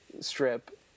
strip